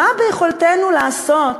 מה ביכולתנו לעשות?